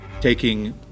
taking